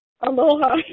Aloha